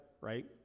right